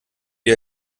wir